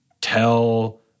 tell